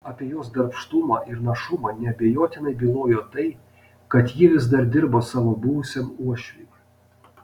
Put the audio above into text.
apie jos darbštumą ir našumą neabejotinai bylojo tai kad ji vis dar dirbo savo buvusiam uošviui